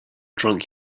drunk